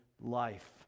life